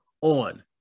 on